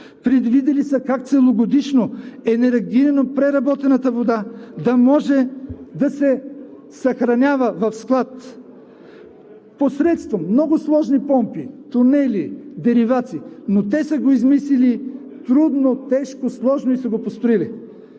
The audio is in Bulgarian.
Предвидили са как целогодишно енергийно преработената вода да може да се съхранява в склад посредством много сложни помпи, тунели, деривация, но те са го измислили – трудно, тежко, сложно, и са го построили.